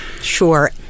sure